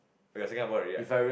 we are in Singapore already right